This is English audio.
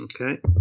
Okay